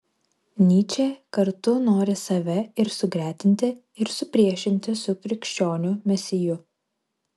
nyčė kartu nori save ir sugretinti ir supriešinti su krikščionių mesiju